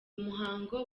muhango